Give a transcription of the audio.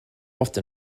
often